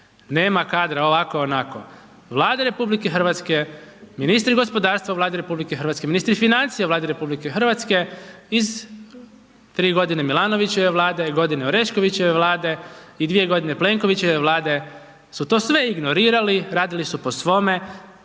nema kadra, ovako, onako. Vlade RH, ministri gospodarstva u Vladi RH, ministri financija u Vladi RH iz tri godine Milanovićeve Vlade, godine Oreškovićeve Vlade i dvije godine Plenkovićeve Vlade u to sve ignorirali, radili su po svoje,